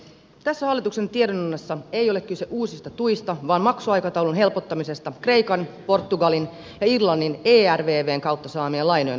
tässä hallituksen tiedonannossa ei ole kyse uusista tuista vaan maksuaikataulun helpottamisesta kreikan portugalin ja irlannin ervvn kautta saamien lainojen osalta